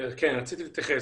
כן, רציתי להתייחס.